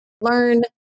learn